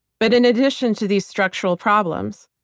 but in addition to these structural problems,